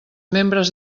membres